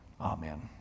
Amen